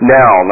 now